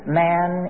man